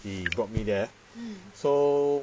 he brought me there so